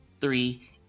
three